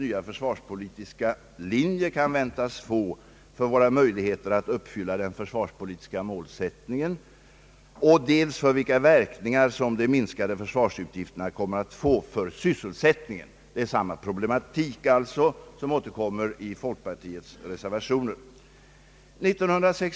Jag har påpekat att det blir nödvändigt att i avvaktan på det kommande försvarsbeslutet iaktta en viss försiktighet i fråga om nybeställningar och att det kan leda till — det har vi ännu ingen överblick över — att försvarsbeställningarna minskar vid vissa industrier men ökar vid andra.